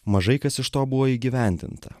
mažai kas iš to buvo įgyvendinta